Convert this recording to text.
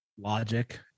logic